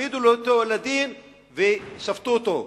העמידו אותו לדין ושפטו אותו.